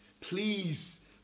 Please